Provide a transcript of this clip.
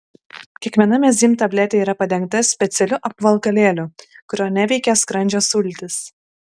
kiekviena mezym tabletė yra padengta specialiu apvalkalėliu kurio neveikia skrandžio sultys